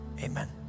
Amen